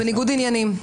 בניגוד עניינים.